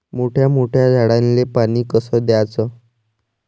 मोठ्या मोठ्या झाडांले पानी कस द्याचं?